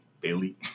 Bailey